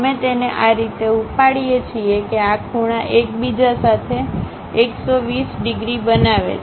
અમે તેને આ રીતે ઉપાડીએ છીએ કે આ ખૂણા એકબીજા સાથે 120 ડિગ્રી બનાવે છે